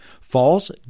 False